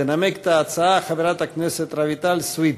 תנמק את ההצעה חברת הכנסת רויטל סויד,